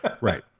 Right